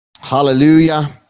Hallelujah